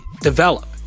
develop